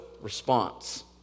response